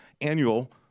annual